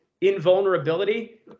invulnerability